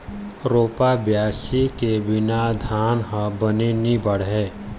रोपा, बियासी के बिना धान ह बने नी बाढ़य